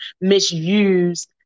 misused